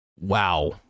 Wow